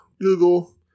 Google